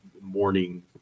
morning